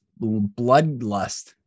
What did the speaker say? bloodlust